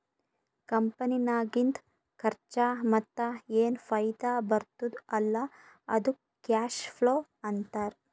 ಕಂಪನಿನಾಗಿಂದ್ ಖರ್ಚಾ ಮತ್ತ ಏನ್ ಫೈದಾ ಬರ್ತುದ್ ಅಲ್ಲಾ ಅದ್ದುಕ್ ಕ್ಯಾಶ್ ಫ್ಲೋ ಅಂತಾರ್